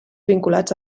vinculats